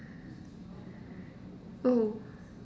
oh